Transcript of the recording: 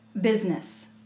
business